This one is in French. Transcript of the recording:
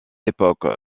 époque